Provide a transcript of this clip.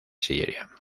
sillería